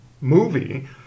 movie